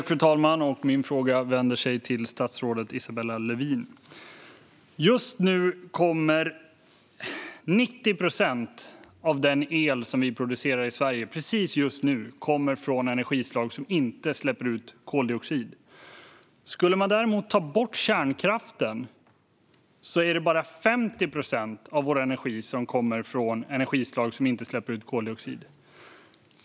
Fru talman! Min fråga går till statsrådet Isabella Lövin. Just nu kommer 90 procent av den el vi producerar i Sverige från energislag som inte släpper ut koldioxid. Men om man skulle ta bort kärnkraften skulle bara 50 procent av vår energi komma från energislag som inte släpper ut koldioxid.